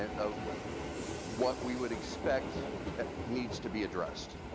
and of what we would expect needs to be addressed.